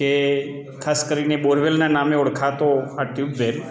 કે ખાસ કરીને બોરવેલના નામે ઓળખાતો આ ટ્યુબવેલ